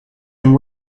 and